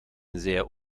sehr